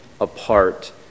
apart